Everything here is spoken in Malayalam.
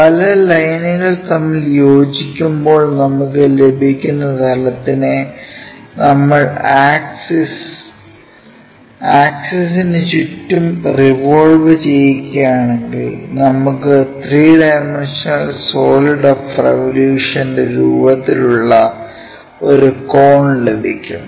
പല ലൈനുകൾ തമ്മിൽ യോജിക്കുമ്പോൾ നമുക്ക് ലഭിക്കുന്ന തലത്തിനെ നമ്മൾ ആക്സിസിനു ചുറ്റും റിവോൾവ് ചെയ്യിക്കുകയാണെങ്കിൽ നമുക്ക് 3 ഡൈമെന്ഷനൽ സോളിഡ്സ് ഓഫ് റിവൊല്യൂഷന്റെ രൂപത്തിൽ ഉള്ള ഒരു കോൺ ലഭിക്കും